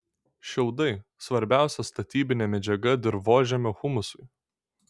šiaudai svarbiausia statybinė medžiaga dirvožemio humusui